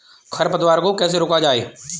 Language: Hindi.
खरपतवार को कैसे रोका जाए?